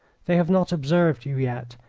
they have not observed you yet.